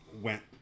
went